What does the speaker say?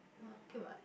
okay [what]